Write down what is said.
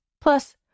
Plus